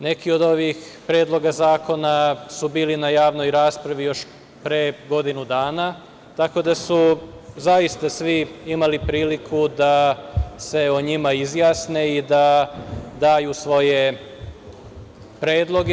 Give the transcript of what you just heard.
Neki od ovih predloga zakona su bili na javnoj raspravi još pre godinu dana tako da su zaista svi imali priliku da se o njima izjasne i da daju svoje predloge.